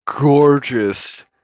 gorgeous